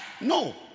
No